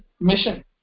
mission